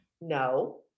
No